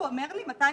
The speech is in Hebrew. אבל נגיד בפינצטה,